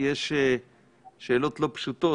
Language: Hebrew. אז יש שאלות לא פשוטות,